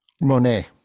Monet